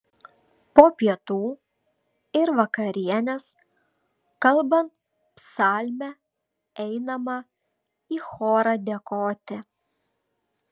po pietų ir vakarienės kalbant psalmę einama į chorą dėkoti